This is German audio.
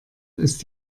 ist